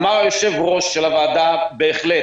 אמר היושב-ראש של הוועדה: בהחלט,